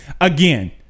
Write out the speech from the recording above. again